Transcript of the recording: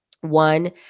one